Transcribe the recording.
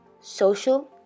social